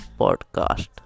podcast